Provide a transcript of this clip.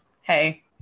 hey